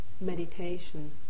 meditation